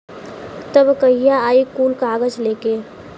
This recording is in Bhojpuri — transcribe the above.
तब कहिया आई कुल कागज़ लेके?